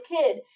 kid